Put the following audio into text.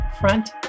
Front